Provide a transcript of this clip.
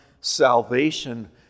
salvation